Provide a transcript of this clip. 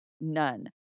none